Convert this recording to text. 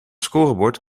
scorebord